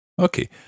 Okay